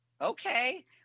okay